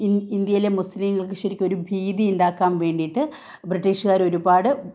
ഇൻഡ് ഇന്ത്യയിലെ മുസ്ലീങ്ങള്ക്ക് ശരിക്കും ഒരു ഭീതിയുണ്ടാക്കാന് വേണ്ടീട്ട് ബ്രിട്ടീഷ്കാർ ഒരുപാട്